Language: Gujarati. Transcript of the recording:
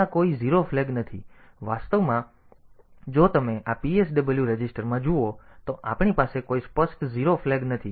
તેથી ત્યાં કોઈ 0 ફ્લેગ નથી વાસ્તવમાં અને જો તમે આ PSW રજિસ્ટરમાં જુઓ તો આપણી પાસે કોઈ સ્પષ્ટ 0 ફ્લેગ નથી